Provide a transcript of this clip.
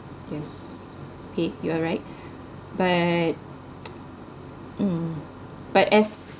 yes okay you're right but um but as